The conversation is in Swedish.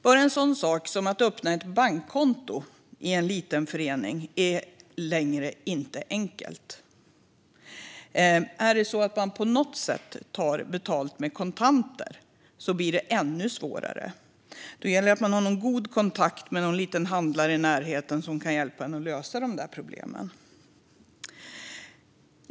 Bara en sådan sak som att öppna ett bankkonto är inte längre enkelt för en liten förening, och tar man på något sätt betalt i kontanter blir det ännu svårare. Då gäller det att man har god kontakt med någon liten handlare i närheten som kan hjälpa en att lösa problemen.